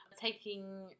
Taking